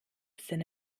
sind